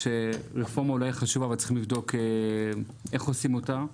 רפורמה היא אולי חשובה אבל צריך לבדוק איך עושים אותה.